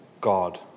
God